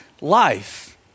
life